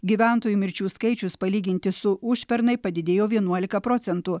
gyventojų mirčių skaičius palyginti su užpernai padidėjo vienuolika procentų